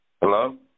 Hello